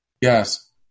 Yes